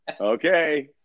Okay